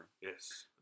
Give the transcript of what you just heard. Yes